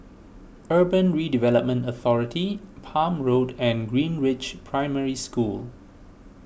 Urban Redevelopment Authority Palm Road and Greenridge Primary School